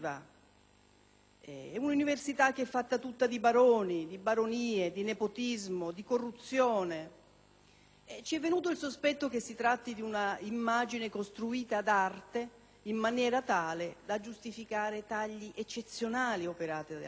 un'università fatta tutta di baroni, di baronie, di nepotismo, di corruzione. Ci è venuto il sospetto che si tratti di un'immagine costruita ad arte in maniera da giustificare i tagli eccezionali operati dal Governo,